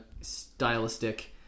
stylistic